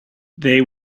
they